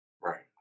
Right